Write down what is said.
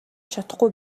чадахгүй